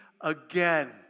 again